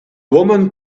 woman